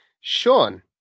Sean